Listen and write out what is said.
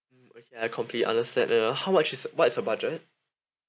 mm okay I completely understand and uh how much is what's your budget